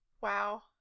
wow